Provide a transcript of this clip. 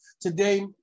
Today